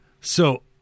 So-